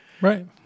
right